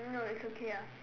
no it's okay ah